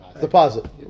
deposit